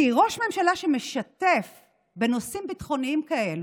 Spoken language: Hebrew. כי ראש ממשלה שמשתף בנושאים ביטחוניים כאלה,